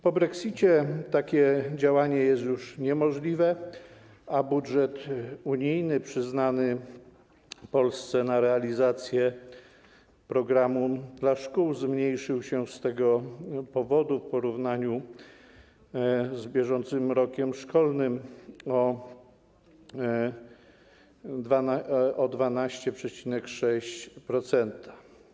Po brexicie takie działanie jest już niemożliwe, a budżet unijny przyznany Polsce na realizację „Programu dla szkół” zmniejszył się z tego powodu w porównaniu z bieżącym rokiem szkolnym o 12,6%.